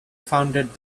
founded